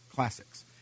classics